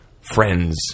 friends